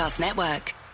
Network